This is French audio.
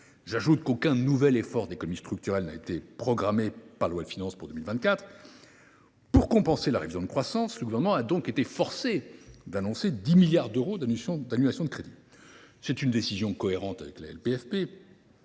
J’ajoute qu’aucun nouvel effort d’économie structurelle n’a été programmé dans la loi de finances pour 2024. Pour compenser la révision de croissance, le Gouvernement a donc été forcé d’annoncer 10 milliards d’euros d’annulation de crédits. C’est une décision cohérente avec la LPFP,